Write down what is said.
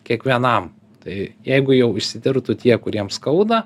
kiekvienam tai jeigu jau išsitirtų tie kuriem skauda